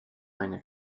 reiner